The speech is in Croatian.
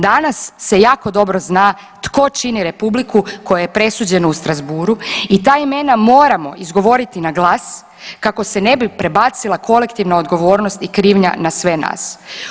Danas se jako dobro zna tko čini Republiku kojoj je presuđeno u Strasbourgu i ta imena moramo izgovoriti na glas kako se ne bi prebacila kolektivna odgovornost i krivnja na sve nas.